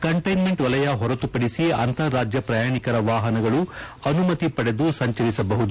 containment ವಲಯ ಹೊರತುಪಡಿಸಿ ಅಂತಾರಾಜ್ಞ ಪ್ರಯಾಣಿಕರ ವಾಹನಗಳು ಅನುಮತಿ ಪಡೆದು ಸಂಚಿಸಬಹುದು